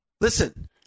Listen